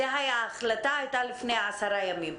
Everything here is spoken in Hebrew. ההחלטה הייתה לפני עשרה ימים.